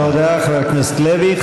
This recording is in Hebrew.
תודה, חבר הכנסת לוי.